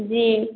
जी